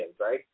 right